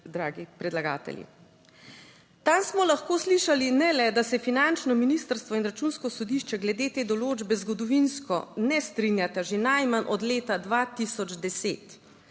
vi, dragi predlagatelji. Tam smo lahko slišali ne le, da se finančno ministrstvo in Računsko sodišče glede te določbe zgodovinsko ne strinjata že najmanj od leta 2010.